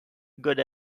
good